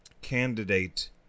candidate